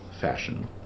fashion